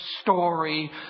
story